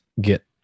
get